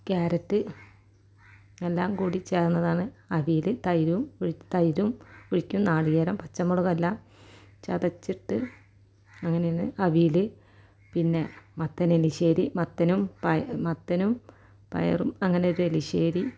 carrot എല്ലാംകൂടി ചേർന്നതാണ് അവിയൽ തൈരും തൈരും ഒഴിക്കും നാളികേരം പച്ചമുളകുമെല്ലാം ചതച്ചിട്ട് അങ്ങനെയാണ് അവിയൽ പിന്നെ മത്തനെലിശ്ശേരി മത്തനും മത്തനും പയറും അങ്ങനെയൊരു എലിശ്ശേരി